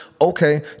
Okay